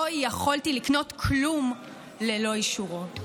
לא יכולתי לקנות כלום ללא אישורו".